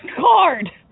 card